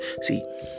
See